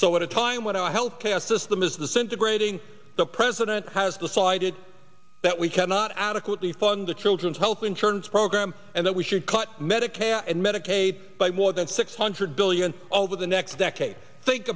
so at a time when our health care system is the same degrading the president has decided that we cannot adequately fund the children's health insurance program and that we should cut medicare and medicaid by more than six hundred billion over the next decade think